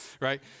right